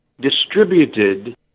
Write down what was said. distributed